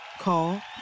Call